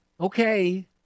okay